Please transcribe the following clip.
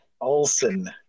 Olson